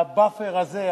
וה-buffer הזה,